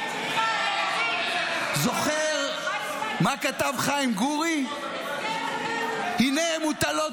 ומה יישא את שמך, מר לפיד?